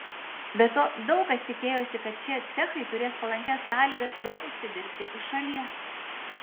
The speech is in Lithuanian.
be to daug kas tikėjosi kad šie cechai turės palankias sąlygas daug užsidirbti iš šalies